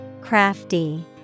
Crafty